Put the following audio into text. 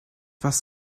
was